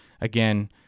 again